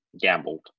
gambled